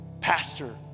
pastor